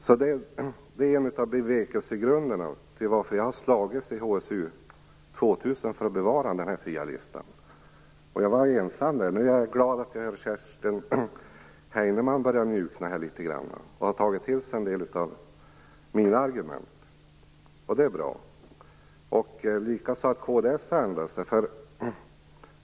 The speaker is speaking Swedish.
Det här är en av bevekelsegrunderna till varför jag har slagits i HSU 2000 för att bevara den fria listan. Jag var ensam om det. Nu är jag glad att Kerstin Heinemann har börjat mjukna litet grand och har tagit till sig en del av mina argument. Det är bra. Likaså är det bra att kd har ändrat sig.